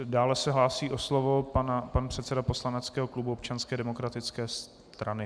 Dále se hlásí o slovo pan předseda poslaneckého klubu Občanské demokratické strany.